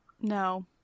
No